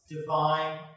divine